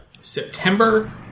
September